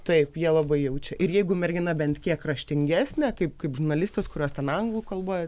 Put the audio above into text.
taip jie labai jaučia ir jeigu mergina bent kiek raštingesnė kaip kaip žurnalistas kurios ten anglų kalboj